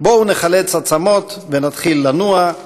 בואו נחלץ עצמות ונתחיל לנוע.